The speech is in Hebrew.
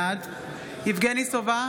בעד יבגני סובה,